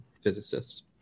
physicist